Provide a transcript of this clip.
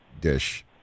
dish